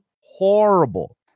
horrible